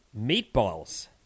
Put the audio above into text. meatballs